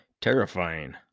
Terrifying